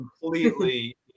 completely